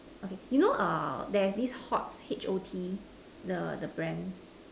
okay you know err there is this hot H_O_T the the brand